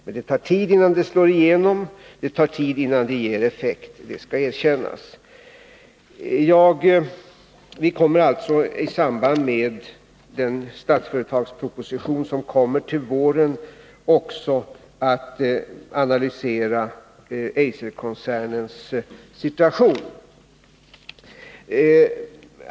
Det tar tid innan det slår igenom och ger effekt, det skall erkännas. Vi kommer alltså, i samband med den Statsföretagsproposition som läggs fram till våren, att analysera Eiserkoncernens situation.